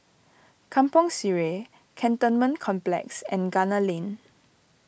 Kampong Sireh Cantonment Complex and Gunner Lane